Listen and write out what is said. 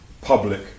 public